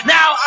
Now